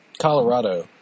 Colorado